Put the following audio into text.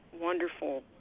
wonderful